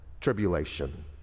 tribulation